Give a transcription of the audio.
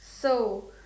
so